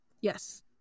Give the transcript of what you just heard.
yes